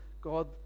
God